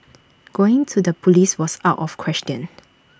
going to the Police was out of question